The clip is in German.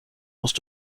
musst